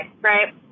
right